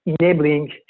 enabling